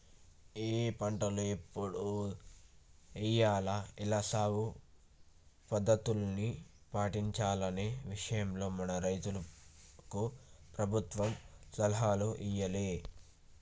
ఏఏ పంటలు ఎప్పుడు ఎయ్యాల, ఎలా సాగు పద్ధతుల్ని పాటించాలనే విషయాల్లో మన రైతులకు ప్రభుత్వం సలహాలు ఇయ్యాలే